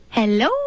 Hello